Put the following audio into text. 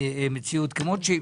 המציאות כמות שהיא.